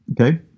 okay